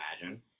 imagine